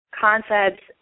concepts